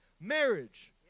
marriage